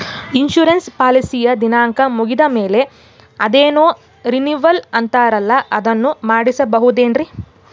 Insurance ಪಾಲಿಸಿಯ ದಿನಾಂಕ ಮುಗಿದ ಮೇಲೆ ಅದೇನೋ ರಿನೀವಲ್ ಅಂತಾರಲ್ಲ ಅದನ್ನು ಮಾಡಿಸಬಹುದೇನ್ರಿ?